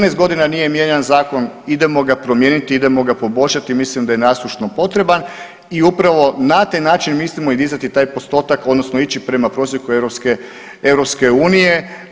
14.g. nije mijenjan zakon, idemo ga promijeniti, idemo ga poboljšati, mislim da je nasušno potreban i upravo na taj način mislimo i dizati taj postotak odnosno ići prema prosjeku europske, EU.